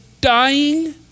dying